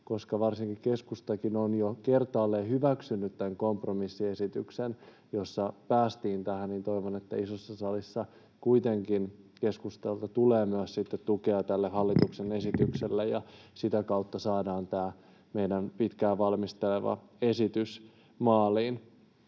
koska varsinkin keskustakin on jo kertaalleen hyväksynyt tämän kompromissiesityksen, jossa päästiin tähän, niin toivon, että isossa salissa keskustalta tulee kuitenkin sitten myös tukea tälle hallituksen esitykselle ja sitä kautta saadaan tämä meidän pitkään valmistelema esitys maaliin.